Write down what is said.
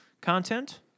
content